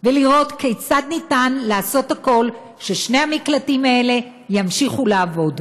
ולראות כיצד אפשר לעשות הכול כדי ששני המקלטים האלה ימשיכו לעבוד.